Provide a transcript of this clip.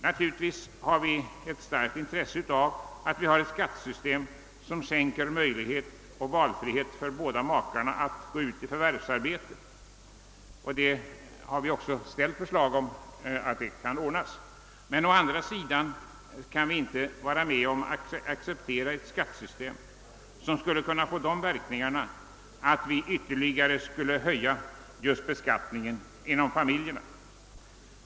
Naturligtvis har vi ett starkt intresse av ett skattesystem som skänker möjlighet till valfrihet för båda makarna att ta förvärvsarbete — vi har också framlagt förslag i det syftet — men å andra sidan kan vi inte acceptera ett skattesystem som ytterligare skulle höja familjebeskattningen.